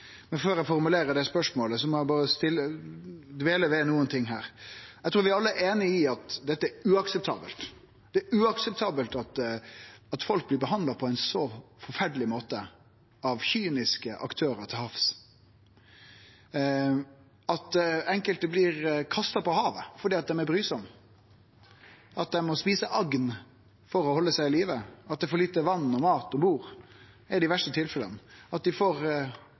Men før eg formulerer det spørsmålet, må eg berre dvele ved nokre ting her. Eg trur vi alle er einige om at dette er uakseptabelt. Det er uakseptabelt at folk blir behandla på ein så forferdeleg måte av kyniske aktørar til havs, at enkelte blir kasta på havet fordi dei er brysame, at dei må ete agn for å halde seg i live, at det er for lite vatn og mat om bord – det er dei verste tilfella – at dei får